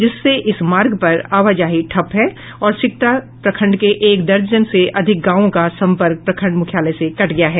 जिससे इस मार्ग पर आवाजाही ठप्प है और सिकटी प्रखंड के एक दर्ज से अधिक गांव का संपर्क प्रखंड मुख्यालय से कट गया है